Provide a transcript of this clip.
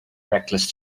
reckless